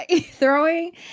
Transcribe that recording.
throwing